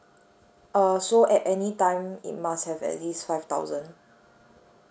uh so at any time it must have at least five thousand